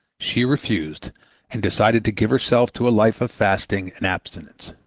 she refused and decided to give herself to a life of fasting and abstinence.